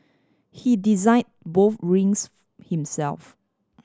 he designed both rings himself